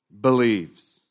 believes